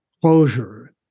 closure